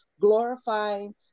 glorifying